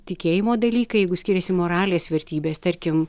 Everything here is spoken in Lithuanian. tikėjimo dalykai jeigu skiriasi moralės vertybės tarkim